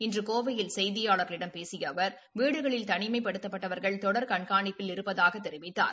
இன்று கோவையில் செய்தியாளர்களிடம் பேசிய அவர் வீடுகளில் தனிமைப்படுத்தப்பட்டவர்கள் தொடர் கண்காணிப்பில் இருப்பதாகத் தெரிவித்தார்